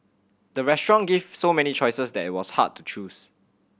the restaurant gave so many choices that it was hard to choose